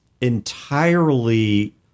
entirely